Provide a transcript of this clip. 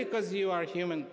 because you are human